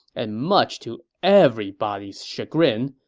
and much to everybody's chagrin,